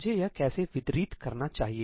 मुझे यह कैसे वितरित करना चाहिए